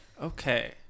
Okay